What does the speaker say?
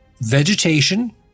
Vegetation